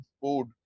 food